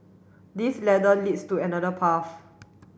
this ladder leads to another path